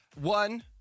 One